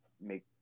make